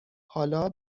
حالا